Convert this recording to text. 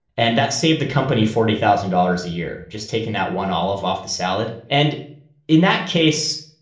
and that saved the company. forty thousand dollars a year, just taking out one olive off the salad. and in that case,